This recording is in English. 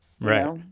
right